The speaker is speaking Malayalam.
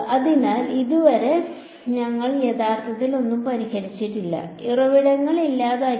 അതിനാൽ ഇതുവരെ ഞങ്ങൾ യഥാർത്ഥത്തിൽ ഒന്നും പരിഹരിച്ചിട്ടില്ല ഞങ്ങൾ ഉറവിടങ്ങൾ ഇല്ലാതാക്കി